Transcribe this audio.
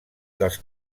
dels